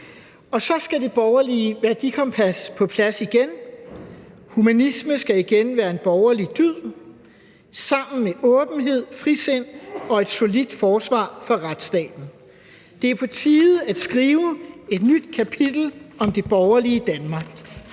Så skal det borgerlige værdikompas på plads igen. Humanisme skal igen være en borgerlig dyd sammen med åbenhed, frisind og et solidt forsvar for retsstaten. Det er på tide at skrive et nyt kapitel om det borgerlige Danmark.